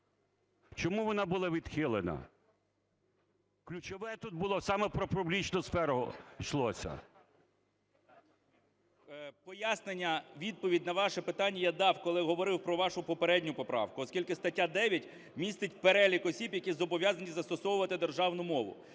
Чому вона була відхилена? Ключове тут було саме про публічну сферу, йшлося. 10:48:40 КНЯЖИЦЬКИЙ М.Л. Пояснення. Відповідь на ваше питання я дав, коли говорив про вашу попередню поправку, оскільки стаття 9 містить перелік осіб, які зобов'язані застосовувати державну мову.